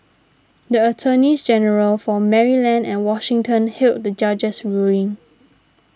the attorneys general for Maryland and Washington hailed the judge's ruling